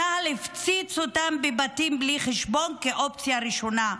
צה"ל הפציץ אותם בבתים בלי חשבון, כאופציה ראשונה.